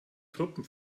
truppen